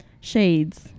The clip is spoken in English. shades